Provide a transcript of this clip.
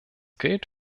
gilt